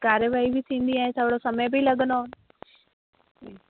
कार्यवाही बि थींदी ऐं थोरो समय बि लॻंदो